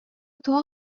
тоҕо